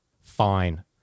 Fine